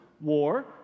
war